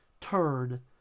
Turn